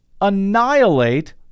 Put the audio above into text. annihilate